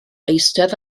eistedd